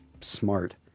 smart